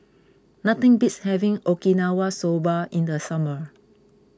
nothing beats having Okinawa Soba in the summer